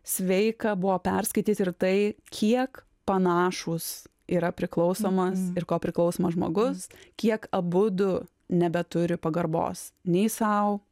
sveika buvo perskaityt ir tai kiek panašūs yra priklausomas ir kopriklausomas žmogus kiek abudu nebeturi pagarbos nei sau